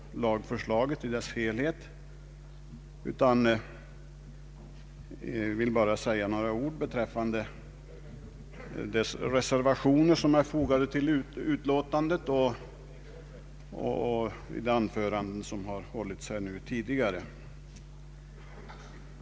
förslag till förmånsrättslag get i dess helhet, utan jag vill bara säga några ord i anslutning till de reservationer som är fogade till utlåtandet och de anföranden som hållits.